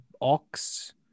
ox